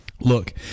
Look